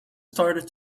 started